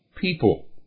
people